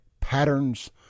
patterns